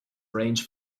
arrange